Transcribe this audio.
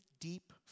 deep